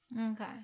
okay